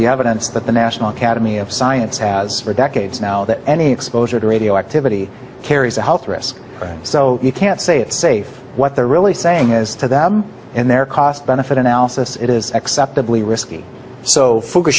the evidence that the national academy of science has for decades now that any exposure to radioactivity carries a health risk so you can't say it's safe what they're really saying is to them and their cost benefit analysis it is acceptably risky so f